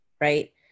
right